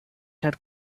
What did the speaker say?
had